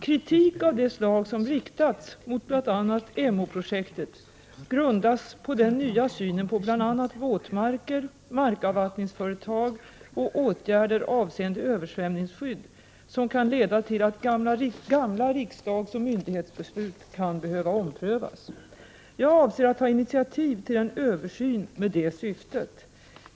Kritik av det slag som riktats mot bl.a. Emåprojektet grundas på den nya synen på bl.a. våtmarker, markavvattningsföretag och åtgärder avseende översvämningsskydd, som kan leda till att gamla riksdagsoch myndighetsbeslut kan behöva omprövas. Jag avser att ta initiativ till en översyn med det syftet.